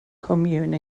commune